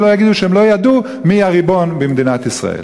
שלא יגידו שהם לא ידעו מי הריבון במדינת ישראל.